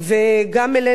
וגם אלינו,